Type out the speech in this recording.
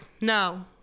no